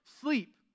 sleep